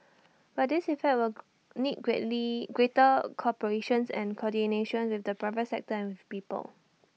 but this effort will need greatly greater cooperation's and coordination with the private sector and with people